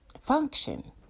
function